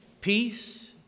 Peace